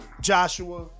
Joshua